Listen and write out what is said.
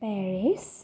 Paris